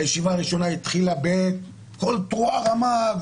הישיבה הראשונה התחילה בקול תרועה רמה,